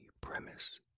premise